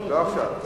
לא עכשיו.